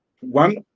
one